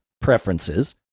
Preferences